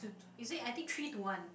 two is it I think three to one